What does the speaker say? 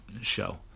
show